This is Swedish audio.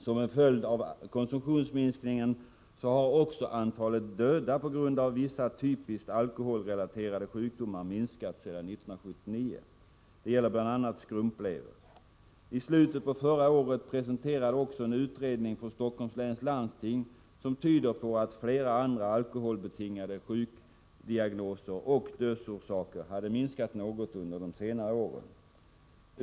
Som en följd av konsumtionsminskningen har också antalet döda på grund av vissa typiskt alkoholrelaterade sjukdomar minskat sedan 1979. Det gäller bl.a. skrumplever. I slutet på förra året presenterades också en utredning från Stockholms läns landsting, som tyder på att flera andra alkoholbetingade sjukdiagnoser och dödsorsaker hade minskat något under de senaste åren.